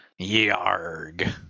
Yarg